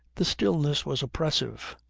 the stillness was oppressive.